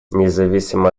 независимо